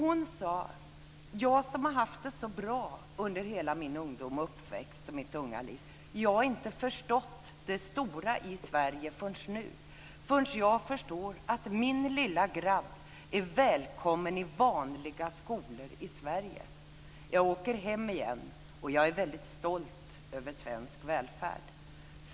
Hon sade: Jag som har haft det så bra under hela min ungdom och uppväxt i mitt unga liv - jag har inte förstått det stora i Sverige förrän nu. Nu förstår jag att min lilla grabb är välkommen i vanliga skolor i Sverige. Jag åker hem igen, och jag är väldigt stolt över svensk välfärd.